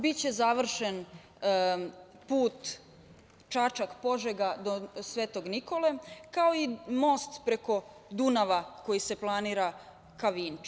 Biće završen put Čačak-Požega do Svetog Nikole, kao i most preko Dunava koji se planira ka Vinči.